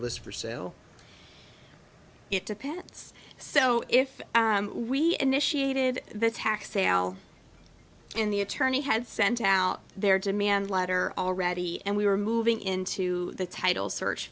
list for sale it depends so if we initiated the tax sale and the attorney had sent out their demand letter already and we were moving into the title search